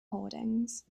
hoardings